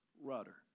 rudder